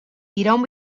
iraun